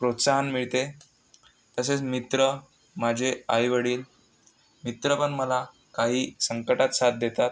प्रोत्साहन मिळते तसेच मित्र माझे आईवडिल मित्र पण मला काही संकटात साथ देतात